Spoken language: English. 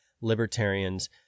libertarians